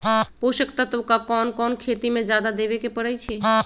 पोषक तत्व क कौन कौन खेती म जादा देवे क परईछी?